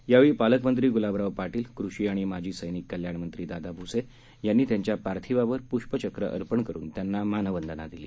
यावेळी पालकमंत्री ग्लाबराव पाटील कृषी आणि माजी सैनिक कल्याण मंत्री दादा भूसे यांनी त्यांच्या पार्थिवावर प्ष्पचक्र अर्पण करुन त्याला मानवंदना दिली